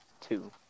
Two